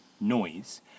noise